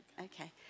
Okay